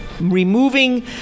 removing